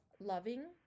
loving